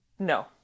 No